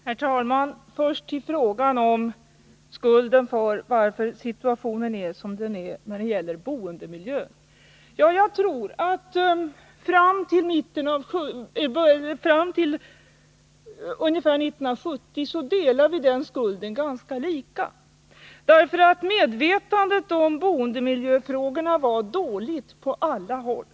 Herr talman! Först till frågan om skulden till att situationen är som den är när det gäller boendemiljön. Jag tror att fram till ungefär 1970 delar vi den skulden ganska lika, därför att medvetandet om boendemiljöfrågor var dåligt på alla håll.